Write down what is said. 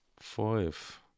Five